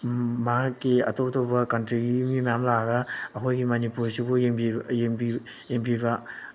ꯃꯍꯥꯛꯀꯤ ꯑꯇꯣꯞ ꯑꯇꯣꯞꯄ ꯀꯟꯇ꯭ꯔꯤꯒꯤ ꯃꯤ ꯃꯌꯥꯝ ꯂꯥꯛꯑꯒ ꯑꯩꯈꯣꯏꯒꯤ ꯃꯅꯤꯄꯨꯔꯁꯤꯕꯨ ꯌꯦꯡꯕꯤꯕ ꯌꯦꯡꯕꯤ ꯌꯦꯡꯕꯤꯕ